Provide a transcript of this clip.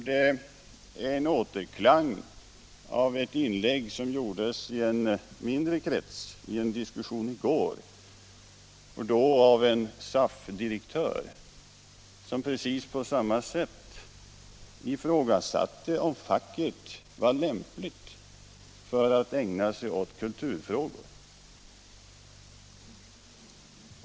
Det är en återklang av ett inlägg som gjordes i en mindre krets vid en diskussion i går, då av en SAF-direktör, som precis på samma sätt ifrågasatte det lämpliga i att facket ägnar sig åt kulturfrågor.